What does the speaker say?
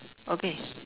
okay